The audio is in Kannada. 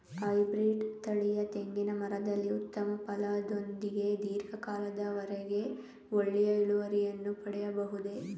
ಹೈಬ್ರೀಡ್ ತಳಿಯ ತೆಂಗಿನ ಮರದಲ್ಲಿ ಉತ್ತಮ ಫಲದೊಂದಿಗೆ ಧೀರ್ಘ ಕಾಲದ ವರೆಗೆ ಒಳ್ಳೆಯ ಇಳುವರಿಯನ್ನು ಪಡೆಯಬಹುದೇ?